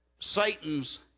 Satan's